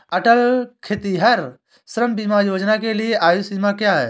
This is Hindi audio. अटल खेतिहर श्रम बीमा योजना के लिए आयु सीमा क्या है?